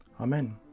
Amen